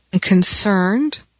concerned